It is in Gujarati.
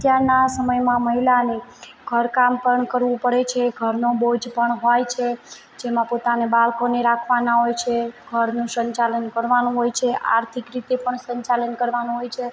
અત્યારના સમયમાં મહિલાને ઘરકામ પણ કરવું પડે છે ઘરનો બોજ પણ હોય છે જેમાં પોતાને બાળકોને રાખવાના હોય છે ઘરનું સંચાલન કરવાનું હોય છે આર્થિક રીતે પણ સંચાલન કરવાનું હોય છે